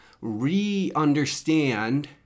re-understand